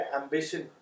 ambition